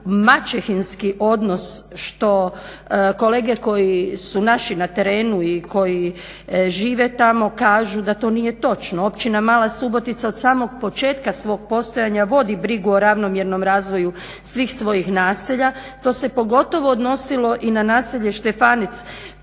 maćehinski odnos što kolege koji su naši na terenu i koji žive tamo kažu da to nije točno. Općina Mala Subotica od samog početka svog postojanja vodi brigu o ravnomjernom razvoju svih svojih naselja. To se pogotovo odnosilo i na naselje Štefanec.